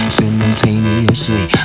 simultaneously